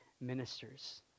ministers